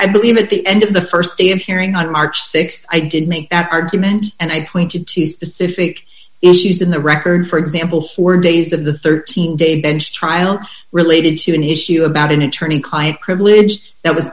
i believe at the end of the st day of hearing on march th i did make that argument and i pointed to specific issues in the record for example four days of the thirteen day bench trial related to an issue about an attorney client privilege that was